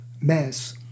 mess